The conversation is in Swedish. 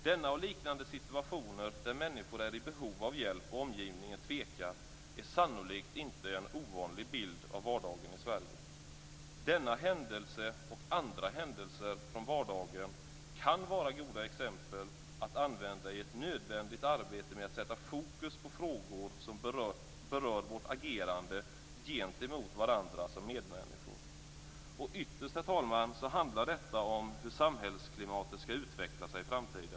Denna och liknande situationer, där människor är i behov av hjälp och omgivningen tvekar, är sannolikt inte en ovanlig bild av vardagen i Sverige. Denna händelse och andra händelser från vardagen kan vara goda exempel att använda i ett nödvändigt arbete med att sätta fokus på frågor som berör vårt agerande gentemot varandra som medmänniskor. Ytterst, fru talman, handlar detta om hur samhällsklimatet skall utveckla sig i framtiden.